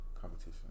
Competition